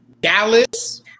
Dallas